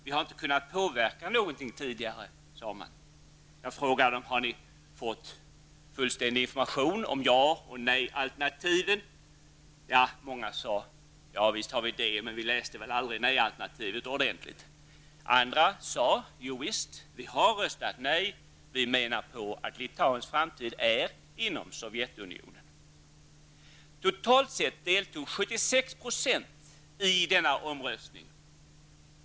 Vi har inte kunnat påverka någonting tidigare, sade de. Jag frågade: Har ni fått fullständig information om ja och nejalternativen? Många sade: Ja, visst har vi fått det, men vi läste väl aldrig nejalternativet ordentligt. Andra sade: Ja visst, vi har röstat nej. Vi menar att Litauens framtid är inom Sovjetunionen. Totalt sett deltog 76 % i denna omröstning.